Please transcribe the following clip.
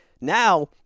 Now